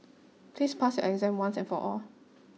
please pass your exam once and for all